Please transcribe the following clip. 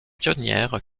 pionnière